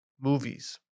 movies